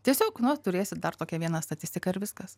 tiesiog nu turėsit dar tokią vieną statistiką ir viskas